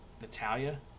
Natalia